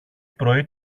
πρωί